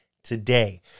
today